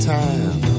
time